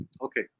Okay